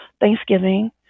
Thanksgiving